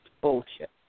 bullshit